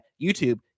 YouTube